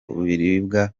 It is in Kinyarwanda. biribwa